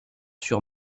sur